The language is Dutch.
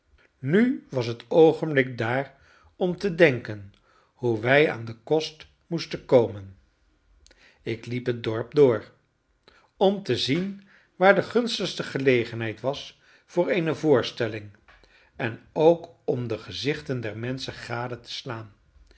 nu was het oogenblik daar om te denken hoe wij aan den kost moesten komen ik liep het dorp door om te zien waar de gunstigste gelegenheid was voor eene voorstelling en ook om de gezichten der menschen gade te slaan